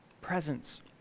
Presence